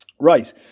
Right